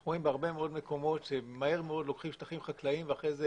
אנחנו רואים בהרבה מאוד מקומות שמהר מאוד לוקחים שטחים חקלאיים ואחרי זה